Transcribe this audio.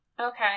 Okay